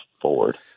forward